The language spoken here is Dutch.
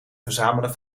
verzamelen